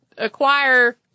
acquire